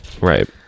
Right